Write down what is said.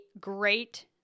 great